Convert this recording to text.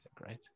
right